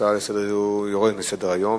ההצעה יורדת מסדר-היום.